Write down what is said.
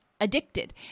addicted